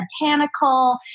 botanical